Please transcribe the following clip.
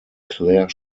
clair